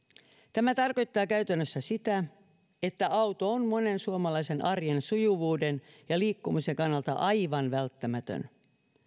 tämä tarkoittaa käytännössä sitä että auto on monen suomalaisen arjen sujuvuuden ja liikkumisen kannalta aivan välttämätön